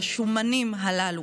לשומנים הללו.